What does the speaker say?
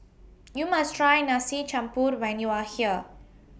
YOU must Try Nasi Campur when YOU Are here